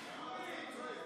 ח"כים.